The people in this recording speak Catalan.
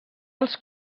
els